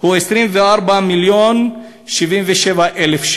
הוא 24 מיליון ו-77,000.